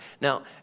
Now